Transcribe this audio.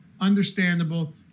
Understandable